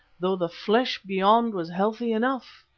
though the flesh beyond was healthy enough.